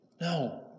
No